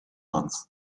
month